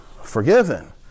Forgiven